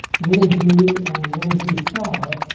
little g and little g star,